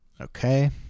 Okay